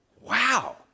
Wow